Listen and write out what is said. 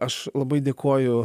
aš labai dėkoju